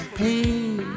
pain